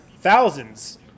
thousands